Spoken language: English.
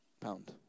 pound